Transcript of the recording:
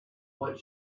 what